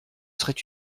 serait